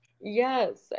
Yes